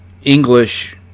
English